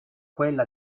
quella